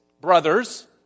Brothers